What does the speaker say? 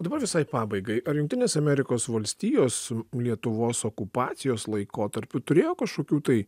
dabar visai pabaigai ar jungtinės amerikos valstijos lietuvos okupacijos laikotarpiu turėjo kažkokių tai